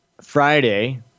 Friday